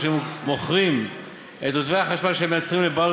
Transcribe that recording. אשר מוכרים את עודפי החשמל שהם מייצרים לבעל